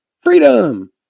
Freedom